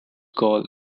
gaul